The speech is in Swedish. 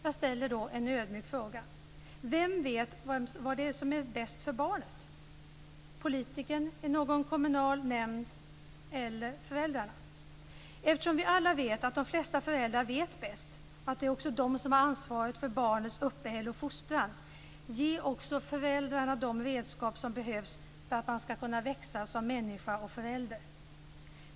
Jag ställer då en ödmjuk fråga: Vem vet vad som är bäst för barnet, politikern i någon kommunal nämnd eller föräldrarna? Eftersom vi alla vet att de flesta föräldrar vet bäst och att det också är de som har ansvaret för barnets uppehälle och fostran, ge då också föräldrarna de redskap som behövs för att de skall växa som människor och föräldrar.